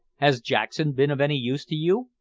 has jackson been of any use to you?